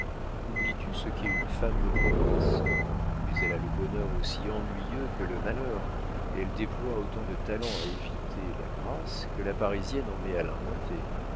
oublies tu ce qu'est une femme de province mais elle a le bonheur aussi ennuyeux que le malheur elle déploie autant de talent à éviter la grâce que la parisienne en met à l'inventer